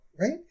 right